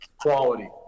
Quality